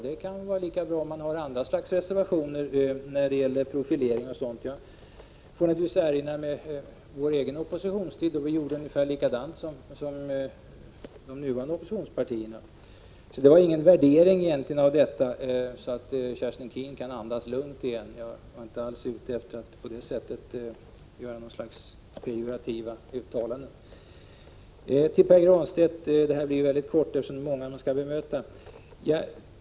Det kan givetvis vara värdefullt även med andra slags reservationer som gäller profilering och annat — jag erinrar mig vår egen oppositionstid, då vi gjorde ungefär likadant som de nuvarande oppositionspartierna i det avseendet. Det var alltså inte fråga om någon värdering av detta, så Kerstin Keen kan andas lugnt igen — jag var inte ute efter att på det sättet göra något slags pejorativa uttalanden. Så till Pär Granstedt — det blir mycket korta kommentarer till var och en, eftersom jag har många att bemöta.